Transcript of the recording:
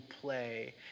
play